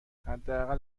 حداقل